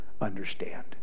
understand